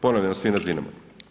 Ponavljam svim razinama.